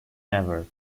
ever